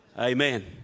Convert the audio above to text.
Amen